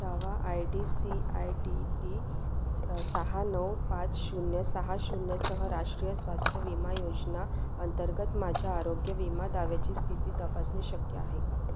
दावा I D C I D T सहा नऊ पाच शून्य सहा शून्यसह राष्ट्रीय स्वास्थ्य विमा योजना अंतर्गत माझ्या आरोग्य विमा दाव्याची स्थिती तपासणे शक्य आहे का